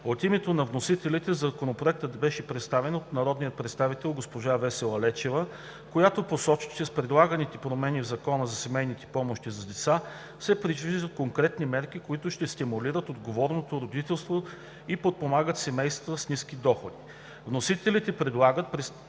От името на вносителите Законопроектът беше представен от народния представител госпожа Весела Лечева, която посочи, че с предлаганите промени в Закона за семейни помощи за деца се предвиждат конкретни мерки, които ще стимулират отговорното родителство и ще подпомогнат семействата с ниски доходи. Вносителите предлагат